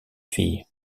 fille